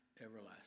everlasting